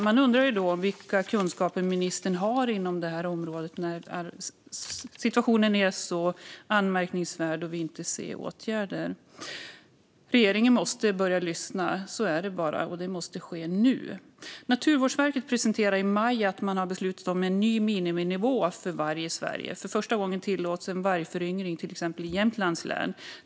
Man undrar vilka kunskaper ministern har inom det här området då situationen är anmärkningsvärd och vi inte ser några åtgärder. Regeringen måste börja lyssna - så är det bara - och det måste ske nu. Naturvårdsverket presenterade i maj att man hade beslutat om en ny miniminivå för varg i Sverige. För första gången tillåts en vargföryngring i till exempel Jämtlands län.